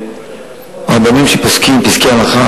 רבנים שפוסקים פסקי הלכה,